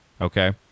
Okay